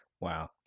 Wow